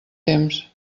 temps